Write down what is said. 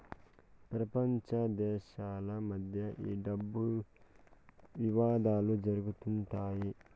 ప్రపంచ దేశాల మధ్య ఈ డబ్బు వివాదాలు జరుగుతుంటాయి